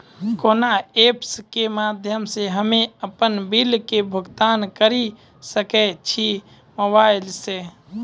कोना ऐप्स के माध्यम से हम्मे अपन बिल के भुगतान करऽ सके छी मोबाइल से?